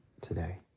today